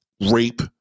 rape